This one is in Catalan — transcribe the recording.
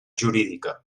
jurídica